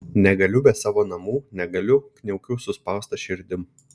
negaliu be savo namų negaliu kniaukiu suspausta širdim